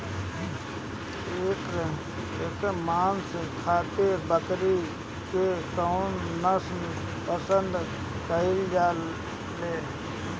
एकर मांस खातिर बकरी के कौन नस्ल पसंद कईल जाले?